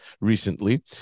recently